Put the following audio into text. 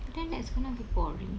then that's gonna be boring